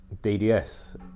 dds